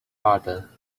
other